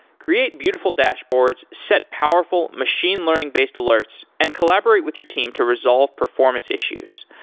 create beautiful dashboards, set powerful machine learning based alerts and collaborate with your team to resolve performance issues.